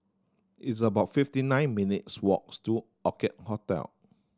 it's about fifty nine minutes' walks to Orchid Hotel